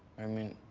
i mean,